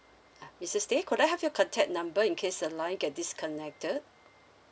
uh missus tay could I have your contact number in case the line get disconnected